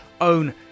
own